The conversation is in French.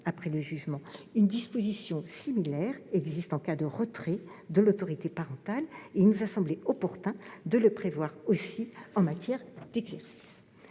après le jugement. Une disposition similaire existe en cas de retrait de l'autorité parentale et il nous a semblé opportun de le prévoir aussi en matière d'exercice.